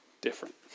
different